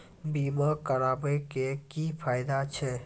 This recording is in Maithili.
बीमा कराबै के की फायदा छै?